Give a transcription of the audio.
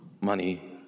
money